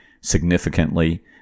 significantly